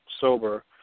sober